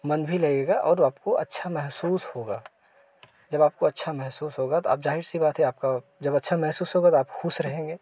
मन भी लगेगा और आपको अच्छा महसूस होगा जब आपको अच्छा महसूस होगा तो आप ज़ाहिर सी बात है आपका जब अच्छा महसूस होगा तो आप खुश रहेंगे